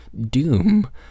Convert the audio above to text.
doom